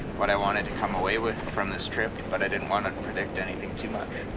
what i wanted to come away with from this trip but i didn't want to predict anything too much.